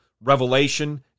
revelation